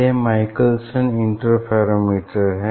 यह Michelson interferometer है